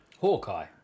Hawkeye